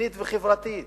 מדינית וחברתית.